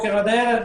מהבוקר עד הערב?